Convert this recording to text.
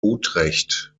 utrecht